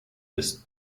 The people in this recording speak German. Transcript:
des